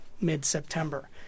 mid-September